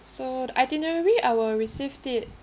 so the itinerary I will received it